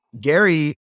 Gary